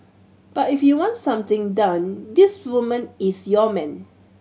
but if you want something done this woman is your man